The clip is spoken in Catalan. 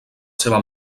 seva